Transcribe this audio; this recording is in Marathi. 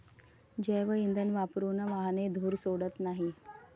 जैवइंधन वापरून वाहने धूर सोडत नाहीत